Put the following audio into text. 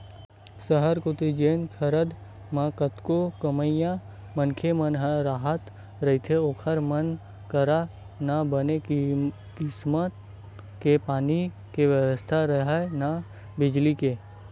सहर कोती जेन खदर म कतको कमइया मनखे मन ह राहत रहिथे ओखर मन करा न बने किसम के पानी के बेवस्था राहय, न बिजली के